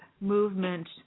Movement